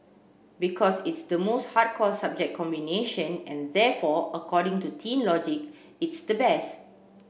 because it's the most hardcore subject combination and therefore according to teen logic it's the best